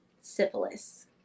syphilis